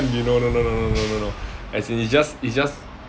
no no no no no as in it's just it's just